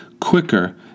quicker